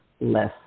less